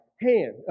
hand